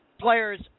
players